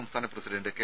സംസ്ഥാന president K